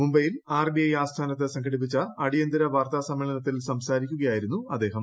മുംബൈയിൽ ആർബിഐ ആസ്ഥാനത്ത് സംഘടിപ്പിച്ച അടിയന്തര വാർത്താസമ്മേളനത്തിൽ സംസാരിക്കുകയായിരുന്നു അദ്ദേഹം